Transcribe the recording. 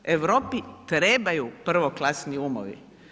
Europi trebaju prvoklasni umovi.